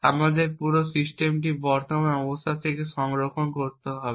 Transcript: আমাদের পুরো সিস্টেমের বর্তমান অবস্থা সংরক্ষণ করতে হবে